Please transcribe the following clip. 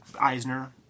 eisner